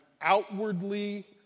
outwardly